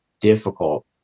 difficult